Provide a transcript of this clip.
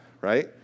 right